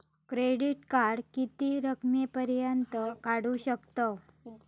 Credit card किती रकमेपर्यंत काढू शकतव?